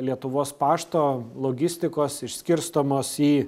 lietuvos pašto logistikos išskirstomos į